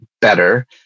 better